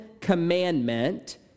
commandment